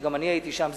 וגם אני הייתי שם,